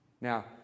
Now